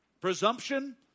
Presumption